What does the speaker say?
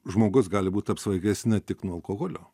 žmogus gali būti apsvaigęs ne tik nuo alkoholio